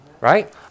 right